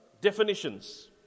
definitions